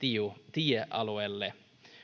tiealueelle